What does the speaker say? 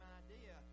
idea